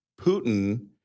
Putin